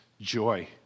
joy